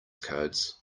codes